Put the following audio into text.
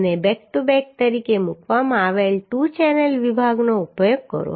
અને back to back તરીકે મૂકવામાં આવેલ 2 ચેનલ વિભાગનો ઉપયોગ કરો